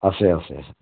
আছে আছে আছে